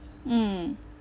mm